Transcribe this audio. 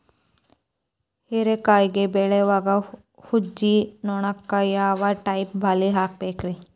ಹೇರಿಕಾಯಿ ಬೆಳಿಯಾಗ ಊಜಿ ನೋಣಕ್ಕ ಯಾವ ಟೈಪ್ ಬಲಿ ಹಾಕಬೇಕ್ರಿ?